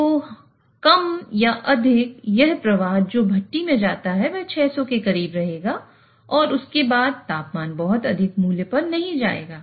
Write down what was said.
तो कम या अधिक यह प्रवाह जो भट्टी में जाता है वह 600 के करीब रहेगा और उसके बाद तापमान बहुत अधिक मूल्य पर नहीं जाएगा